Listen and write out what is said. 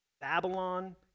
Babylon